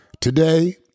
Today